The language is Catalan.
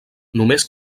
només